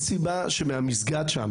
יש סיבה שמהמסגד שם